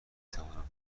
توانم